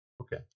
okay